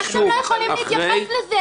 איך אתם לא יכולים להתייחס לזה?